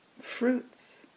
fruits